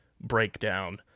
breakdown